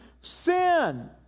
sin